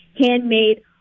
handmade